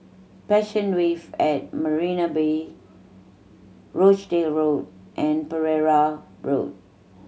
Passion Wave at Marina Bay Rochdale Road and Pereira Road